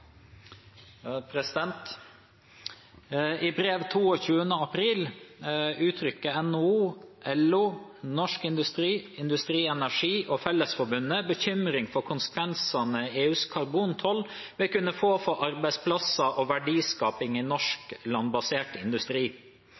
brev 22. april uttrykker NHO, LO, Norsk Industri, Industri Energi og Fellesforbundet bekymring for konsekvensene EUs karbontoll vil kunne få for arbeidsplasser og verdiskaping i norsk landbasert industri.